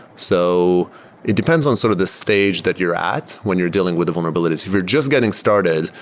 so it depends on sort of the stage that you're at when you're dealing with the vulnerabilities. if you're just getting started,